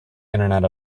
internet